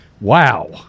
Wow